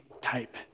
type